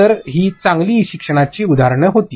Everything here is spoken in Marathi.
तर ही चांगली ई शिक्षणाची उदाहरणे होती